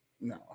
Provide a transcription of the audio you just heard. No